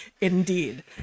indeed